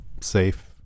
safe